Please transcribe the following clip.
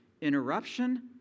interruption